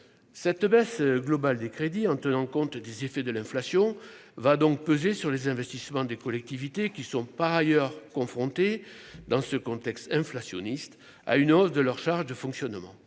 cette baisse globale des crédits en tenant compte des effets de l'inflation va donc peser sur les investissements des collectivités qui sont par ailleurs confronté dans ce contexte inflationniste à une hausse de leurs charges de fonctionnement,